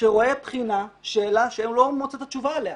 שרואה בחינה, שאלה שהוא לא מוצא את התשובה עליה.